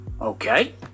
Okay